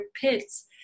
pits